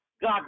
God